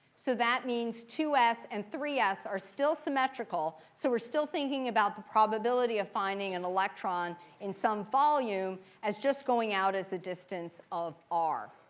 so that means two s and three s are still symmetrical. so we're still thinking about the probability of finding an electron in some volume as just going out as a distance of r.